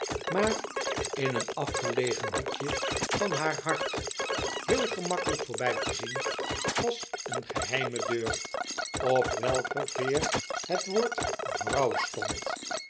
maar in een afgelegen hoekje van haar hart heel gemakkelijk voorbij te zien was een geheime deur op welker veer het woord vrouw stond